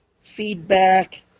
feedback